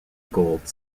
gold